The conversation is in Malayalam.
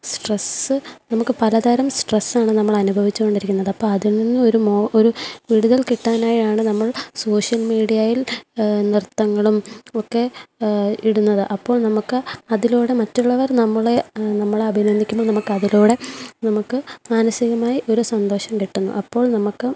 സ്ട്രെസ്സ് നമ്മക്ക് പലതരം സ്ട്രെസ്സ് ആണ് നമ്മൾ അനുഭവിച്ചുകൊണ്ടിരിക്കുന്നത് അപ്പോൾ അതിൽനിന്നും ഒരു ഒരു വിടുതൽ കിട്ടാനായാണ് നമ്മൾ സോഷ്യൽ മീഡിയായിൽ നൃത്തങ്ങളും ഒക്കെ ഇടുന്നത് അപ്പോൾ നമുക്ക് അതിലൂടെ മറ്റുള്ളവർ നമ്മളെ നമ്മളെ അഭിനന്ദിക്കുമ്പോൾ നമുക്ക് അതിലൂടെ നമുക്ക് മാനസികമായി ഒരു സന്തോഷം കിട്ടുന്നു അപ്പോൾ നമുക്ക്